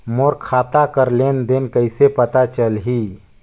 मोर खाता कर लेन देन कइसे पता चलही?